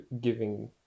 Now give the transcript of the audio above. giving